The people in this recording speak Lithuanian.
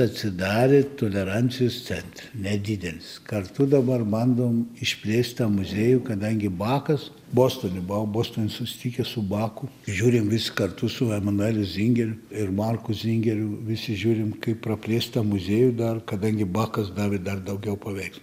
atsidarė tolerancijos centre nedidelis kartu dabar bandom išplėst tą muziejų kadangi bakas bostone bau bostone susitikęs su baku žiūrim visi kartu su emanueliu zingeriu ir marku zingeriu visi žiūrim kaip praplėst tą muziejų dar kadangi bakas davė dar daugiau paveiks